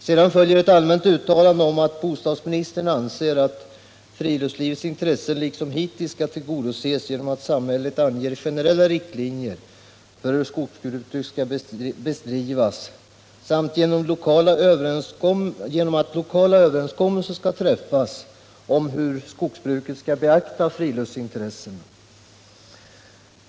Sedan följer ett allmänt uttalande om att bostadsministern anser att friluftslivets intressen liksom hittills skall tillgodoses genom att samhället anger generella riktlinjer för hur skogsbruket skall bedrivas och genom att lokala överenskommelser träffas om hur skogsbruket skall beakta friluftsintressena.